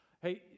hey